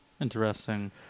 Interesting